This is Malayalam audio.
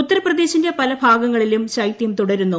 ഉത്തർപ്രദേശിന്റെ പലഭാഗങ്ങളിലും ശൈതൃം തുടരുന്നു